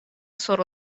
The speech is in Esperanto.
sur